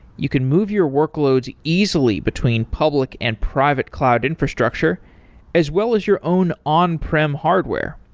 you can move your workloads easily between public and private cloud infrastructure as well as your own on-prim hardware.